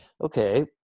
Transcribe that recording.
okay